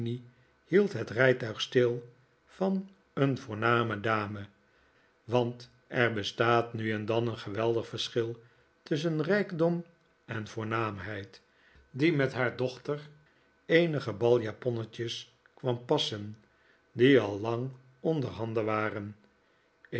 hield het rijtuig stil van een voorname dame want er bestaat nu en dan een geweldig verschil tusschen rijkdom en voornaamheid die met haar dochter eenige baljaponnetjes kwam passen die al lang onderhanden waren